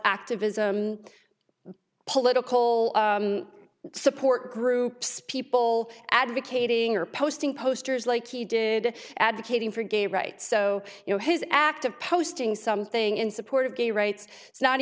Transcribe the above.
activism political support groups people advocating are posting posters like he did advocating for gay rights so you know his act of posting something in support of gay rights